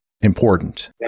important